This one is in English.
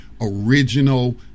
original